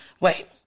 wait